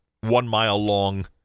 one-mile-long